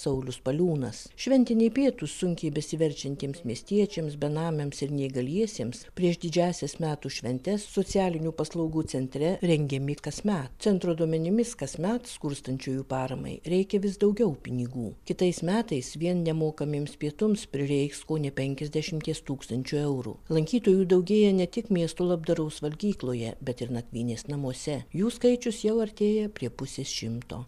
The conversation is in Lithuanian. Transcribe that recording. saulius paliūnas šventiniai pietūs sunkiai besiverčiantiems miestiečiams benamiams ir neįgaliesiems prieš didžiąsias metų šventes socialinių paslaugų centre rengiami kasmet centro duomenimis kasmet skurstančiųjų paramai reikia vis daugiau pinigų kitais metais vien nemokamiems pietums prireiks kone penkiasdešimties tūkstančių eurų lankytojų daugėja ne tik miesto labdaros valgykloje bet ir nakvynės namuose jų skaičius jau artėja prie pusės šimto